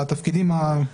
לחוק, "מאגר מידע"